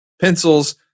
pencils